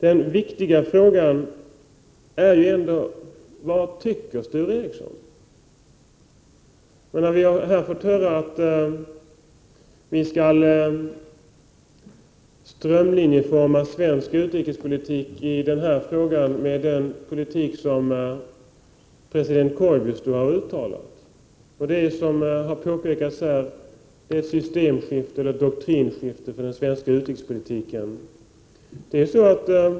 En viktig fråga är ändå vad Sture Ericson verkligen anser, då vi här fått höra att vi skall strömlinjeforma svensk utrikespolitik i denna fråga så att den överensstämmer med den politik som president Koivisto är företrädare för, och vad Sture Ericson anser om — som tidigare påpekades — det systemskifte eller doktrinskifte som detta innebär för den svenska utrikespolitiken.